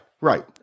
right